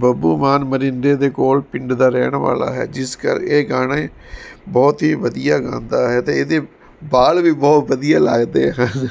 ਬੱਬੂ ਮਾਨ ਮਰਿੰਡੇ ਦੇ ਕੋਲ਼ ਪਿੰਡ ਦਾ ਰਹਿਣ ਵਾਲਾ ਹੈ ਜਿਸ ਕਰ ਇਹ ਗਾਣੇ ਬਹੁਤ ਹੀ ਵਧੀਆ ਗਾਉਂਦਾ ਹੈ ਅਤੇ ਇਹਦੇ ਵਾਲ ਵੀ ਬਹੁਤ ਵਧੀਆ ਲੱਗਦੇ ਹਨ